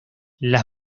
las